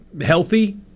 healthy